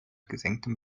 gesenktem